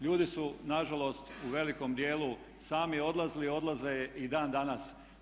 Ljudi su na žalost u velikom dijelu sami odlazili, odlaze i dan danas.